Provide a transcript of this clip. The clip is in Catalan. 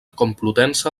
complutense